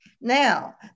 Now